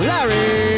Larry